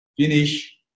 finish